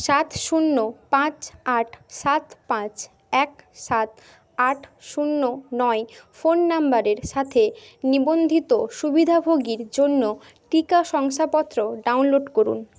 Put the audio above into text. সাত শূন্য পাঁচ আট সাত পাঁচ এক সাত আট শূন্য নয় ফোন নাম্বারের সাথে নিবন্ধিত সুবিধাভোগীর জন্য টিকা শংসাপত্র ডাউনলোড করুন